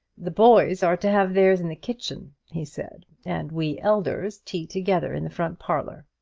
the boys are to have theirs in the kitchen, he said and we elders tea together in the front parlour.